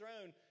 throne